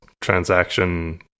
transaction